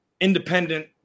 independent